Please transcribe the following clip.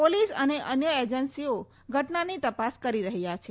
police અને અન્ય એજન્સીઓ ઘટનાની તપાસ કરી રહી છે